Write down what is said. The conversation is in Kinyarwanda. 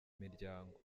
miryango